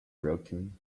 broken